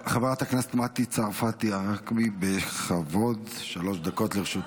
חברת הכנסת מטי צרפתי, בכבוד, שלוש דקות לרשותך.